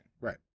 Right